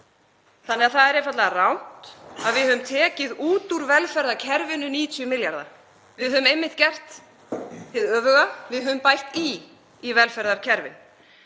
þannig að það er einfaldlega rangt að við höfum tekið út úr velferðarkerfinu 90 milljarða. Við höfum einmitt gert hið öfuga, við höfum bætt í velferðarkerfið.